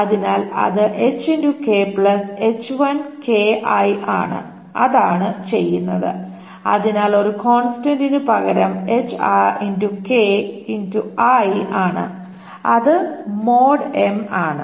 അതിനാൽ അത് ആണ് അതാണ് ചെയ്യുന്നത് അതിനാൽ ഒരു കോൺസ്റ്റന്റിനു പകരം ആണ് അത് ആണ്